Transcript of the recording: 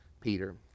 Peter